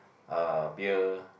uh beer